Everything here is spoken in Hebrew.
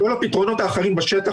וכל הפתרונות האחרים בשטח,